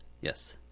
Yes